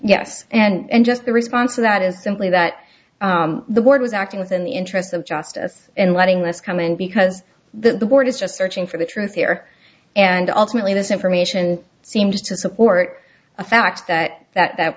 yes and just the response to that is simply that the board was acting within the interests of justice and letting us come in because the board is just searching for the truth here and ultimately this information seems to support a fact that that